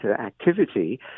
activity